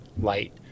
light